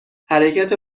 حرکت